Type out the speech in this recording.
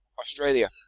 Australia